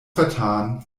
vertan